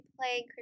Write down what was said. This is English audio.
playing